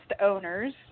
owners